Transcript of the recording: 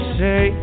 say